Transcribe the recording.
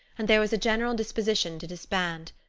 and there was a general disposition to disband.